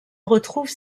retrouve